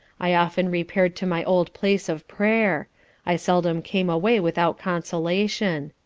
i often repair'd to my old place of prayer i seldom came away without consolation.